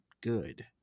good